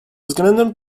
względem